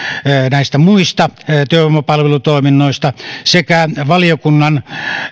näistä muista työvoimapalvelutoiminnoista sekä valiokunnan